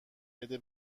بده